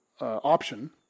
option